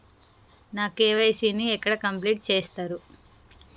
నా కే.వై.సీ ని ఎక్కడ కంప్లీట్ చేస్తరు?